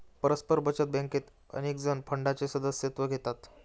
परस्पर बचत बँकेत अनेकजण फंडाचे सदस्यत्व घेतात